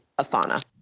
Asana